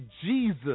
Jesus